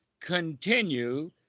continue